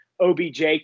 OBJ